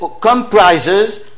comprises